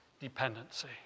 dependency